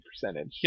percentage